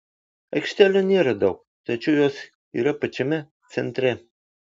aikštelių nėra daug tačiau jos yra pačiame centre